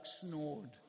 snored